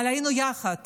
אבל היינו יחד